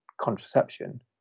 contraception